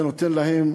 זה נותן להם,